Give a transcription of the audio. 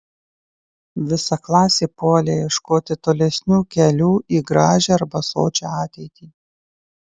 visa klasė puolė ieškoti tolesnių kelių į gražią arba sočią ateitį